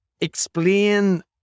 explain